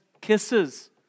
kisses